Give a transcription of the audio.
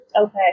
Okay